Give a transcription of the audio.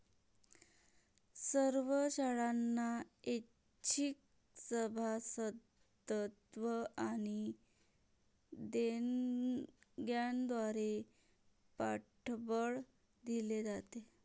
सर्व शाळांना ऐच्छिक सभासदत्व आणि देणग्यांद्वारे पाठबळ दिले जाते